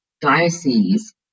diocese